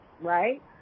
right